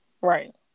Right